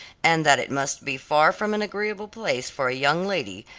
and that it must be far from an agreeable place for a young lady,